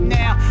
now